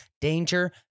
danger